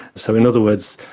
so in other words,